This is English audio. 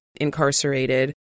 incarcerated